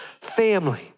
family